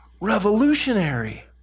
revolutionary